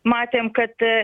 matėm kad